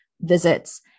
visits